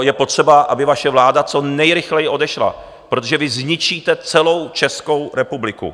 Je potřeba, aby vaše vláda co nejrychleji odešla, protože vy zničíte celou Českou republiku.